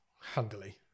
Handily